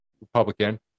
Republican